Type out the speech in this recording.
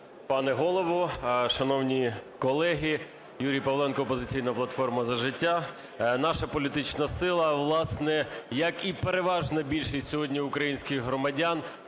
пане Голово, шановні колеги! Юрій Павленко, "Опозиційна платформа – За життя". Наша політична сила, власне, як і переважна більшість сьогодні українських громадян,